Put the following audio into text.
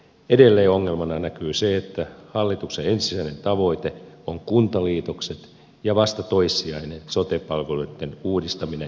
edelleen ongelmana näkyy se että hallituksen ensisijainen tavoite on kuntaliitokset ja vasta toissijainen sote palveluitten uudistaminen ja järjestäminen